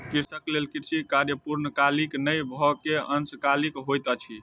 कृषक लेल कृषि कार्य पूर्णकालीक नै भअ के अंशकालिक होइत अछि